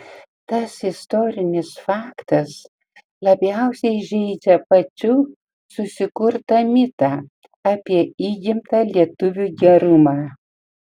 tas istorinis faktas labiausiai žeidžia pačių susikurtą mitą apie įgimtą lietuvių gerumą